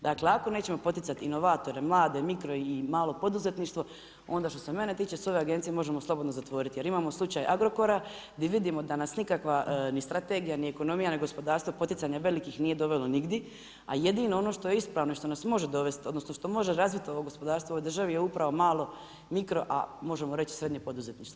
Dakle, ako nećemo poticati inovatore, mlade i mikro i malo poduzetništvo onda što se mene tiče, sve ove agencije možemo slobodno zatvoriti jer imamo slučaj Agrokora di vidimo da nas nikakva ni strategija ni ekonomija ni gospodarstvo poticanja velikih nije dovelo nigdje, a jedino ono što je ispravno i što nas može dovesti, odnosno što može razviti ovo gospodarstvo u ovoj državi je upravo malo, mikro, a možemo reći i srednje poduzetništvo.